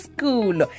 School